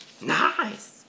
Nice